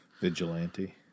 Vigilante